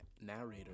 narrator